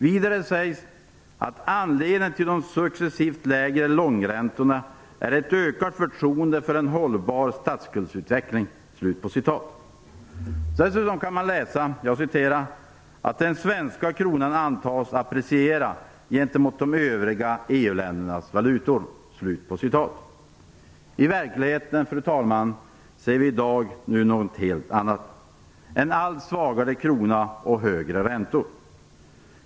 Vidare sägs att anledningen till de successivt lägre långräntorna är ett ökat förtroende för en hållbar statsskuldsutveckling. Dessutom kan man läsa att den svenska kronan antas appreciera gentemot de övriga Fru talman! I verkligheten ser vi i dag något helt annat - en allt svagare krona och högre räntor.